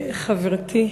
חברתי היושבת-ראש,